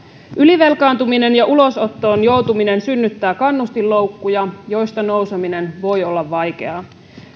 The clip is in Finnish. ylivelkaantuminen ja ulosottoon joutuminen synnyttää kannustinloukkuja joista nouseminen voi olla vaikeaa